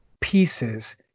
pieces